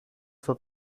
στο